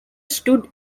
stood